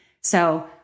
So-